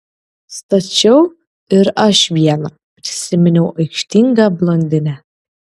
stačiau ir aš vieną prisiminiau aikštingą blondinę